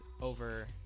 over